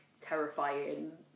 terrifying